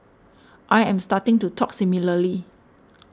I am starting to talk similarly